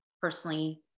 personally